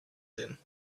din